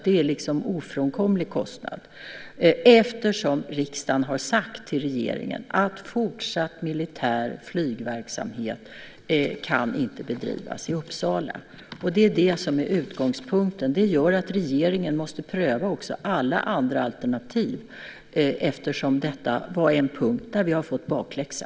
Det är en ofrånkomlig kostnad eftersom riksdagen har sagt till regeringen att fortsatt militär flygverksamhet inte kan bedrivas i Uppsala. Det är det som är utgångspunkten. Det gör att regeringen måste pröva alla andra alternativ eftersom detta var en punkt där vi har fått bakläxa.